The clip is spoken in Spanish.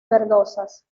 verdosas